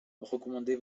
recommandez